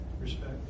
respect